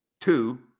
two